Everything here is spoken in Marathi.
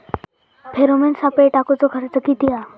फेरोमेन सापळे टाकूचो खर्च किती हा?